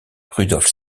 rudolf